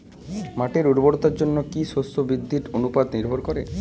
মাটির উর্বরতার উপর কী শস্য বৃদ্ধির অনুপাত নির্ভর করে?